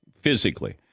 physically